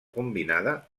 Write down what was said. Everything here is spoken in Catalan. combinada